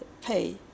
pay